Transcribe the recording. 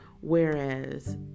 whereas